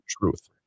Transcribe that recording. truth